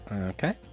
Okay